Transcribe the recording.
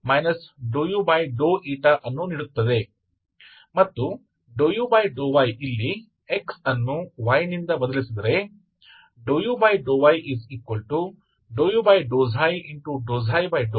अब तो आपके पास क्या है इसलिए आपके समीकरण में uxxuxyuyyuxuy शामिल है इसलिए आपको ux और uy खोजने की आवश्यकता है तो जैसे ∂x∂u∂xएक नए चर के संदर्भ में इसलिए ∂u∂x∂u∂x∂u∂x